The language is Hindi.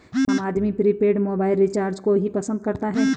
आम आदमी प्रीपेड मोबाइल रिचार्ज को ही पसंद करता है